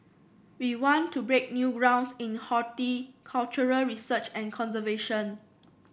we want to break new grounds in horticultural research and conservation